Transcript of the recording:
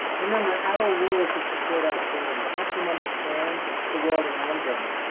remember, our role is to support our children, to help them understand the world around them.